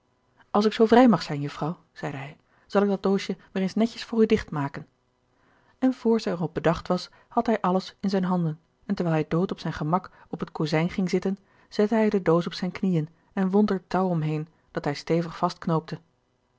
als ik zoo vrij mag zijn jufvrouw zeide hij zal ik dat doosje weer eens netjes voor u dicht maken en vr zij er op bedacht was had hij alles in zijne handen en terwijl hij dood op zijn gemak op het kozijn ging zitten zette hij de doos op zijn knieën en wond er touw om heen dat hij stevig vastknoopte